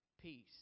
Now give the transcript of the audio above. peace